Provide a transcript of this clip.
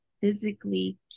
physically